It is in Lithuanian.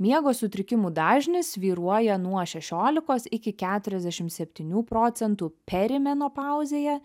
miego sutrikimų dažnis svyruoja nuo šešiolikos iki keturiasdešim septynių procentų perimenopauzėje